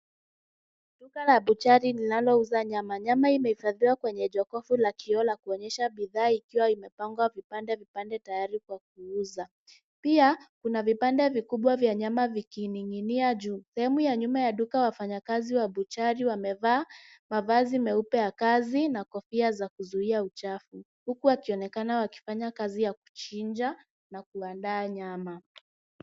Duka la buchari linalouza nyama, nyama imehifadhiwa kwenye jokovu la kioo la kuonyesha bidhaa ikiwa imepangwa vipande vipande tayari kwa kuuza. Pia kuna vipande vikubwa vya nyama vikiningi'inia juu. Sehemu ya nyuma ya duka wafanyakazi wa buchari wamevaa mavazi meupe ya kazi na kofia za kuzuia uchafu, huku wakionekana wakifanya kazi ya kuchinja na kuandaa nyama.